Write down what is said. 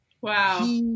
wow